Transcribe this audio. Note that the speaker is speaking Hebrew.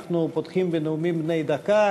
אנחנו פותחים בנאומים בני דקה.